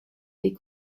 des